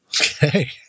Okay